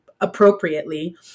appropriately